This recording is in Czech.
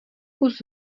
kus